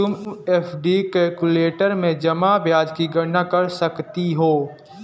तुम FD calculator में जमा ब्याज की गणना कर सकती हो